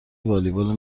والیبال